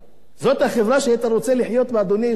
זאת החברה שהיית רוצה לחיות בה, אדוני היושב-ראש?